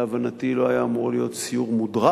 להבנתי לא היה אמור להיות סיור מודרך,